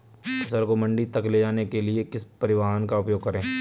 फसल को मंडी तक ले जाने के लिए किस परिवहन का उपयोग करें?